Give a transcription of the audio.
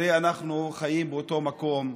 הרי אנחנו חיים באותו מקום.